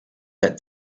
that